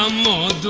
ah la